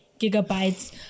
Gigabytes